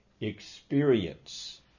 experience